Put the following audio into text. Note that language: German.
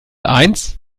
eins